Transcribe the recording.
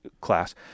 class